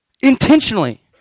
Intentionally